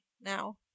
now